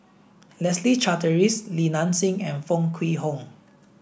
Leslie Charteris Li Nanxing and Foo Kwee Horng